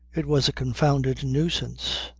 it was a confounded nuisance.